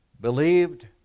believed